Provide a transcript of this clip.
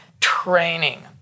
training